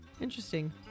interesting